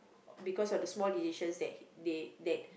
because of the small decisions that they that